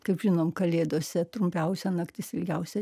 kaip žinom kalėdose trumpiausia naktis ilgiausia